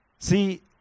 See